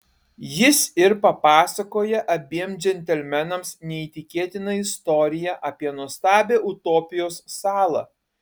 jis ir papasakoja abiem džentelmenams neįtikėtiną istoriją apie nuostabią utopijos salą